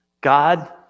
God